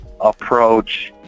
approach